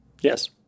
Yes